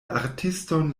artiston